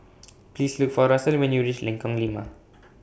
Please Look For Russel when YOU REACH Lengkong Lima